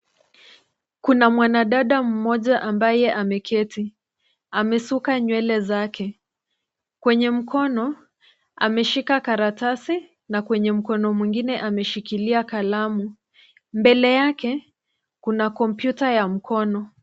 Kuna mwanadada mmoja ambaye ameketi, amesuka nywele zake kwenye mkono, ameshika karatasi na kwenye mkono mwingine ameshikilia kalamu. Mbele yake kuna kompyuta ya mkono.